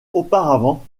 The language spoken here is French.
auparavant